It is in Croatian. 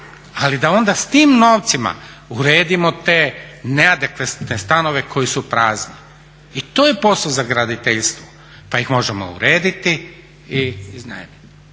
Ali da onda s tim novcima uredimo te neadekvatne stanove koji su prazni. I to je posao za graditeljstvo, pa ih možemo urediti i iznajmiti.